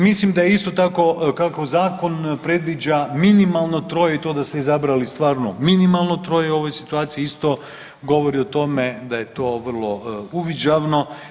Mislim da isto tako kako Zakon predviđa minimalno troje i to da ste izabrali stvarno minimalno troje u ovoj situaciji isto govori o tome da je to vrlo uviđavno.